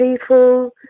people